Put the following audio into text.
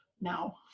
now